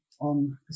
on